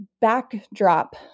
backdrop